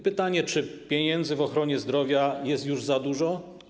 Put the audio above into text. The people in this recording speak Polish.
Pytanie: Czy pieniędzy w ochronie zdrowia jest już za dużo?